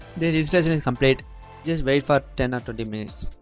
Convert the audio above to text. there is resident complaint just wait for ten or twenty minutes